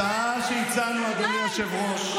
וההצעה שהצענו, אדוני היושב-ראש, די.